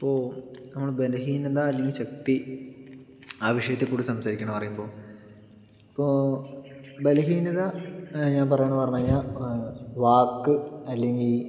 ഇപ്പോൾ നമ്മള് ബലഹീനത അല്ലെങ്കിൽ ശക്തി ആ വിഷയത്തെക്കുറിച്ച് സംസാരിക്കണം എന്ന് പറയുമ്പോൾ ഇപ്പോൾ ബലഹീനത ഞാൻ പറയുവാണെന്നു പറഞ്ഞു കഴിഞ്ഞാൽ വാക്ക് അല്ലെങ്കിൽ